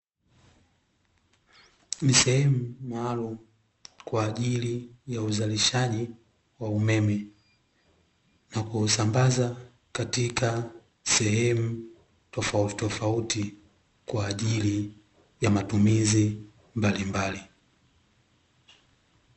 Ni sehemu maalumu kwa ajili ya uzalishaji wa umeme, na kuusambaza katika sehemu tofauti tofauti kwa ajili ya matumizi mbalimbali.